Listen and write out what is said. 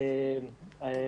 אבל אנחנו,